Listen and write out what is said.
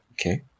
Okay